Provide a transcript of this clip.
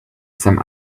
some